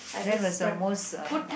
that was the most uh